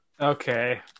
Okay